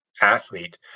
athlete